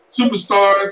superstars